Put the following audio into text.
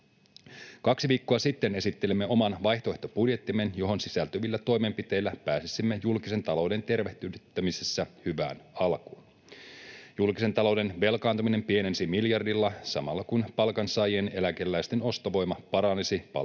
Kaksi viikkoa sitten esittelimme oman vaihtoehtobudjettimme, johon sisältyvillä toimenpiteillä pääsisimme julkisen talouden tervehdyttämisessä hyvään alkuun. Julkisen talouden velkaantuminen pienenisi miljardilla samalla, kun palkansaajien ja eläkeläisten ostovoima paranisi palkkaan